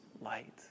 light